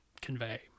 convey